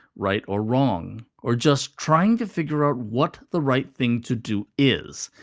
right or wrong, or just trying to figure out what the right thing to do is,